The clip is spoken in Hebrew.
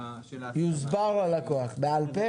יוסבר בעל פה.